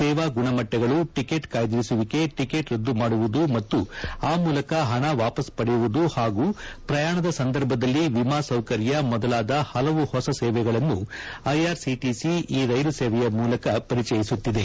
ಸೇವಾ ಗುಣಮಟ್ಗಗಳು ಟಿಕೇಟ್ ಕಾಯ್ದಿರಿಸುವಿಕೆ ಟಿಕೇಟ್ ರದ್ದುಮಾಡುವುದು ಮತ್ತು ಆ ಮೂಲಕ ಹಣ ವಾಪಸ್ ಪಡೆಯುವುದು ಹಾಗೂ ಪ್ರಯಾಣದ ಸಂದರ್ಭದಲ್ಲಿ ವಿಮಾ ಸೌಕರ್ಯ ಮೊದಲಾದ ಹಲವು ಹೊಸ ಸೇವೆಗಳನ್ನು ಐಆರ್ಸಿಟಿಸಿ ಈ ರೈಲು ಸೇವೆಯ ಮೂಲಕ ಪರಿಚಯಿಸುತ್ತಿದೆ